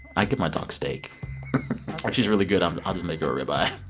i get my dog steak if she's really good, um i'll just make her a ribeye